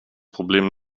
problem